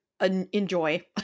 enjoy